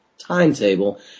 timetable